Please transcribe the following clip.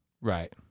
Right